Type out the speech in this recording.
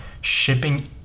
Shipping